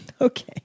Okay